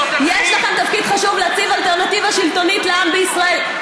יש לכם תפקיד חשוב להציב אלטרנטיבה שלטונית לעם בישראל.